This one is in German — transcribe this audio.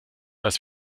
als